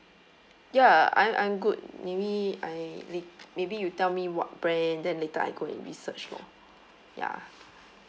ya I'm I'm good maybe I la~ maybe you tell me what brand then later I go and research more ya